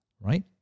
right